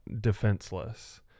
defenseless